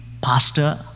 Pastor